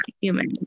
human